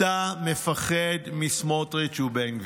אתה מפחד מסמוטריץ' ובן גביר.